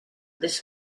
this